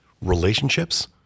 relationships